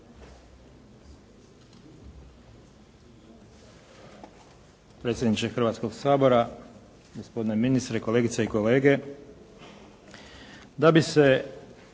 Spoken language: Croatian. Hvala vam